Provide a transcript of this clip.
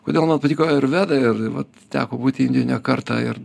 kodėl man patiko ir veda ir vat teko būti ne kartą ir